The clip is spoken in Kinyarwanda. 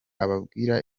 ababwira